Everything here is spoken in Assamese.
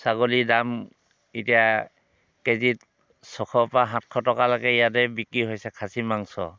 ছাগলীৰ দাম এতিয়া কেজিত ছশৰ পৰা সাতশ টকালৈকে ইয়াতে বিক্ৰী হৈছে খাচী মাংস